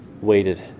waited